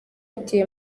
ati